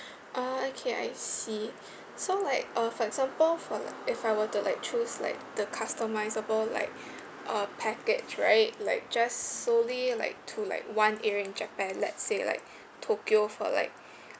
ah okay I see so like uh for example for li~ if I were to like choose like the customisable like uh package right like just solely like to like one area in japan let's say like tokyo for like